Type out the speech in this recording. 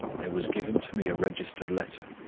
there was given to me a registered letter,